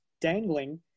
dangling